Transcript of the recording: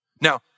Now